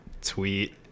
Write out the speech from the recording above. tweet